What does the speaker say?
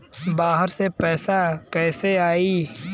बाहर से पैसा कैसे आई?